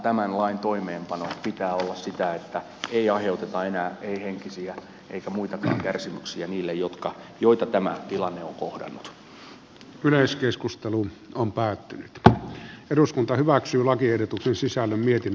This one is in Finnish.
tämän lain toimeenpanon pitää olla sitä että ei aiheuteta enää henkisiä eikä muitakaan kärsimyksiä niille joita tämä tilanne on päättynyt että eduskunta hyväksyy lakiehdotuksen sisällön vietin